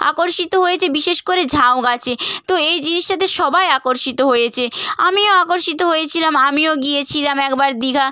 আকর্ষিত হয়েছে বিশেষ করে ঝাউগাছে তো এই জিনিসটাতে সবাই আকর্ষিত হয়েছে আমিও আকর্ষিত হয়েছিলাম আমিও গিয়েছিলাম একবার দীঘা